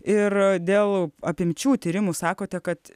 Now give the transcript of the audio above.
ir dėl apimčių tyrimų sakote kad